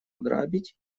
ограбить